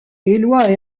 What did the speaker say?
éloy